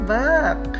back